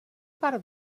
part